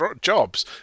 jobs